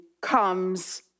comes